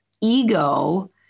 ego